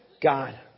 God